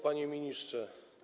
Panie Ministrze!